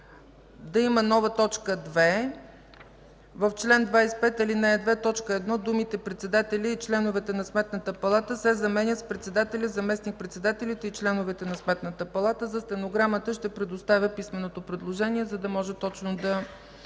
да има нова т. 2: „2. В чл. 25, ал. 2, т. 1 думите „председателя и членовете на Сметната палата” се заменят с „председателя, заместник-председателите и членовете на Сметната палата”. За стенограмата ще предоставя писменото предложение, за да може точно да